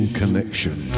connection